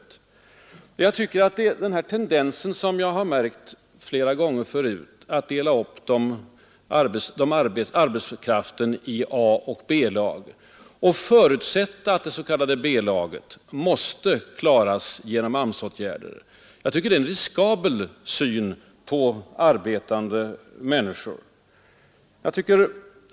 Jag tycker att den av mig flera gånger tidigare påtalade tendensen att dela upp arbetskraften i ett A och ett B-lag och att förutsätta att problemen för det s.k. B-laget måste klaras genom AMS-åtgärder är uttryck för en oroväckande syn på arbetande människor.